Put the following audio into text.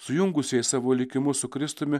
sujungusieji savo likimus su kristumi